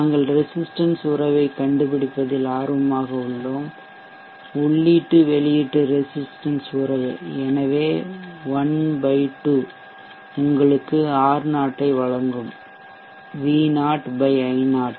நாங்கள் ரெசிஸ்ட்டன்ஸ் உறவை கண்டுபிடிப்பதில் ஆர்வமாக உள்ளோம் உள்ளீட்டு வெளியீட்டு ரெசிஸ்ட்டன்ஸ் உறவு எனவே 12 உங்களுக்கு R0 ஐ வழங்கும் V0 I0